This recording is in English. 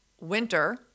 winter